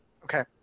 Okay